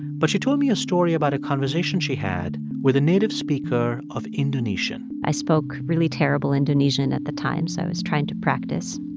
but she told me a story about a conversation she had with a native speaker of indonesian i spoke really terrible indonesian at the time, so i was trying to practice.